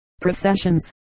processions